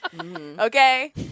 okay